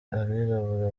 abirabura